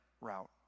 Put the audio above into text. route